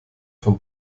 von